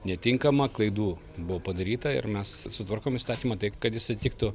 netinkama klaidų buvo padaryta ir mes sutvarkome įstatymą taip kad jisai tiktų